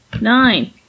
nine